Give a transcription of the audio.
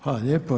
Hvala lijepo.